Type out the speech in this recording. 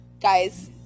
guys